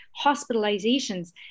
hospitalizations